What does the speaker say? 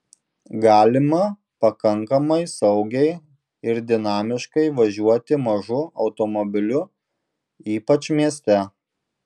galima pakankamai saugiai ir dinamiškai važiuoti mažu automobiliu ypač mieste